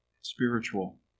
spiritual